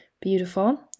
beautiful